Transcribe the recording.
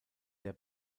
der